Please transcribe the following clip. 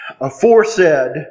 aforesaid